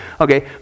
Okay